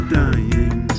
dying